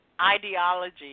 Ideology